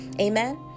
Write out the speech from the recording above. Amen